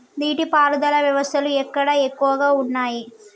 నీటి పారుదల వ్యవస్థలు ఎక్కడ ఎక్కువగా ఉన్నాయి?